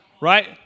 right